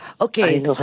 Okay